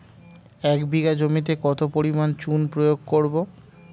এক বিঘা জমিতে কত পরিমাণ চুন প্রয়োগ করব?